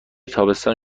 تابستان